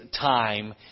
time